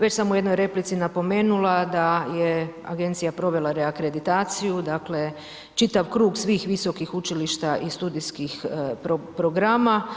Već sam u jednoj replici napomenula da je agencija provela reakreditaciju, dakle čitav krug svih visokih učilišta i studijskih programa.